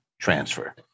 transfer